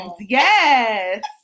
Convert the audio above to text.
Yes